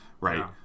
Right